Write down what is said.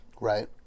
Right